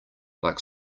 like